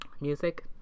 music